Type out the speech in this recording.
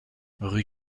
rue